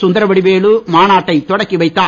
சுந்தர வடிவேலு மாநாட்டை தொடங்கி வைத்தார்